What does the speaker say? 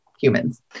humans